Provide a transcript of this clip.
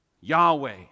Yahweh